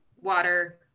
water